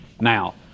Now